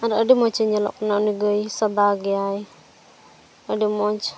ᱟᱫᱚ ᱟᱹᱰᱤ ᱢᱚᱡᱽ ᱮ ᱧᱮᱞᱚᱜ ᱠᱟᱱᱟ ᱩᱱᱤ ᱜᱟᱹᱭ ᱥᱟᱫᱟ ᱜᱮᱭᱟᱭ ᱟᱹᱰᱤ ᱢᱚᱡᱽ